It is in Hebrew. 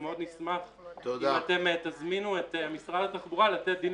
אנחנו מאוד נשמח אם אתם תזמינו את משרד התחבורה לתת דין